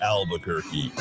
Albuquerque